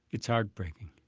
it's heartbreaking.